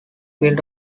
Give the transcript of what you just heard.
built